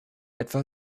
etwa